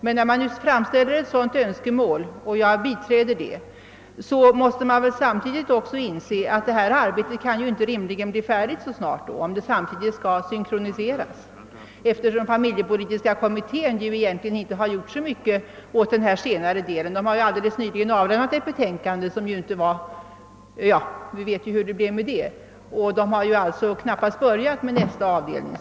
Men när man framställer ett sådant önskemål — och jag biträder det — måste man samtidigt inse att detta arbete inte kan bli färdigt så snart, eftersom familjepolitiska kommittén inte har gjort så mycket åt den senare delen, Den har nyligen avlämnat ett betänkande — och vi vet hur det gick med det — och har knappast hunnit börja med nästa avdelning.